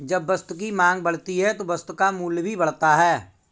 जब वस्तु की मांग बढ़ती है तो वस्तु का मूल्य भी बढ़ता है